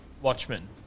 Watchmen